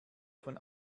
von